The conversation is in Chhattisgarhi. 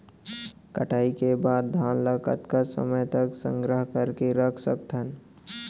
कटाई के बाद धान ला कतका समय तक संग्रह करके रख सकथन?